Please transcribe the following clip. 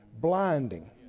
blinding